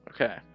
Okay